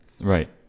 Right